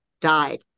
died